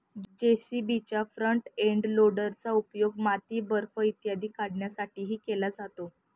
जे.सी.बीच्या front end लोडरचा उपयोग माती, बर्फ इत्यादी काढण्यासाठीही केला जातो